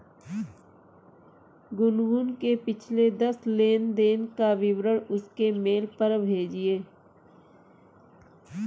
गुनगुन के पिछले दस लेनदेन का विवरण उसके मेल पर भेजिये